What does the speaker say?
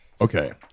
okay